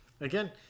Again